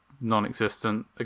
non-existent